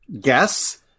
Guess